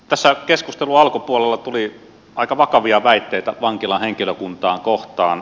tässä keskustelun alkupuolella tuli aika vakavia väitteitä vankilan henkilökuntaa kohtaan